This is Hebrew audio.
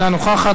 אינה נוכחת,